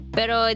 Pero